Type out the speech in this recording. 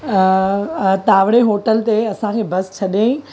Tawde hotel ते असांखे bus छॾईं